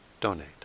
donate